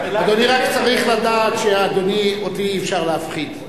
אדוני רק צריך לדעת שאותי אי-אפשר להפחיד.